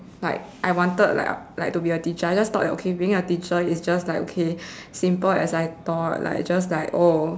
like I wanted like like to be a teacher I just thought that okay being a teacher is just like okay simple as I thought like just like oh